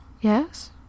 Yes